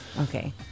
Okay